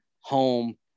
home